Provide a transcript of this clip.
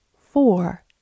four